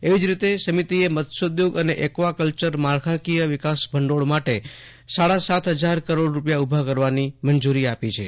એવી જ રીતે સમિતિએ મત્સ્યોદ્યોગ અને એક્વાકલ્ચર માળખાકિય વિકાસ ભંડોળ માટે સાડા સાત હજાર કરોડ રૂપિયા ઉભા કરવાની મંજૂરી આપી છે